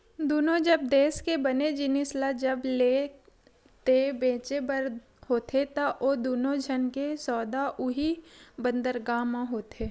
दुनों जब देस के बने जिनिस ल जब लेय ते बेचें बर होथे ता ओ दुनों झन के सौदा उहीं बंदरगाह म होथे